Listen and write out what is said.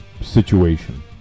situation